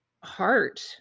heart